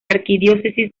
arquidiócesis